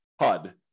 HUD